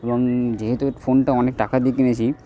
এবং যেহেতু এই ফোনটা অনেক টাকা দিয়ে কিনেছি